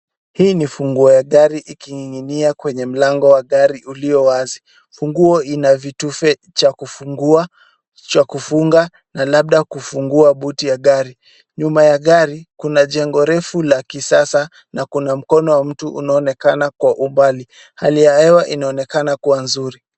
Hii ni funguo ya gari ikining'inia kwenye mlango wa gari ulio wazi. Funguo ina vitufe cha kufungua cha kufunga na labda kufungua buti ya gari. Nyuma ya gari kuna jengo refu la kisasa na kuna mkono wa mtu unaoonekana kwa umbali ,hali ya hewa inaonekana kuwa nzuri.